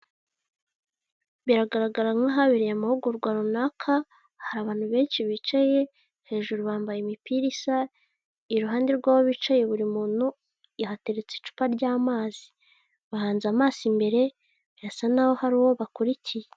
Biragaragara nk'ahabereye amahugurwa runaka, hari abantu benshi bicaye, hejuru bambaye imipira isa, iruhande rw'aho bicaye buri muntu yahateretse icupa ry'amazi, bahanze amaso imbere birasa naho hari uwo bakurikiye.